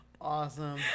Awesome